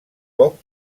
poc